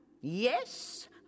Yes